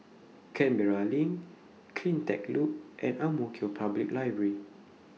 Canberra LINK CleanTech Loop and Ang Mo Kio Public Library